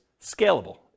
scalable